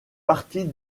partie